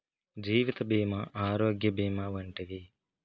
జీవిత భీమా ఆరోగ్య భీమా వంటివి